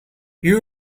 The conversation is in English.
you